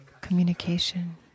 communication